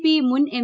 P മുൻപ് M